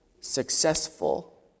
successful